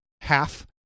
half